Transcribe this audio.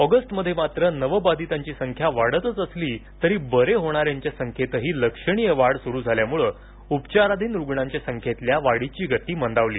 ऑगस्टमध्ये मात्र नक्बाधितांची संख्या वाढतच असली तरी बरे होणाऱ्यांच्या संख्येतही लक्षणीय वाढ सुरू झाल्यानं उपचाराधीन रुणांच्या संख्येतील वाढीची गती मंदावली